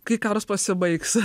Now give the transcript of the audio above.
kai karas pasibaigs